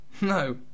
no